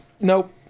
Nope